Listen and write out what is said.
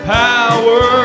power